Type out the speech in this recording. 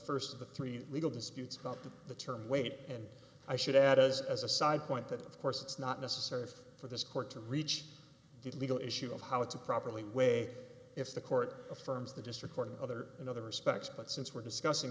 first of the three legal disputes about the term weight and i should add as as a side point that of course it's not necessary for this court to reach the legal issue of how to properly way if the court affirms the district court in other in other respects but since we're discussing